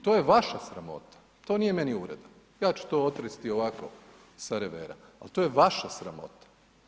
To je vaša sramota, to nije meni uvreda, ja ću to otresti ovako s revera, ali to je vaša sramota.